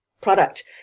product